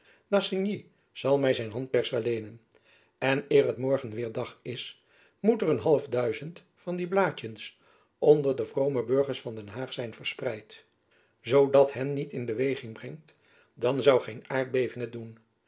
d'assigny zal my zijn handpers wel leenen en eer het morgen weêr middag is moet er een half duizend van die blaadtjens onder de vrome burgers van den haag zijn verspreid zoo dat hen niet in beweging brengt dan zoû geen aardbeving t doen